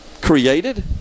created